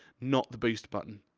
not the boost button.